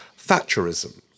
Thatcherism